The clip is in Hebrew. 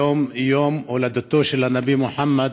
היום הוא גם יום הולדתו של הנביא מוחמד,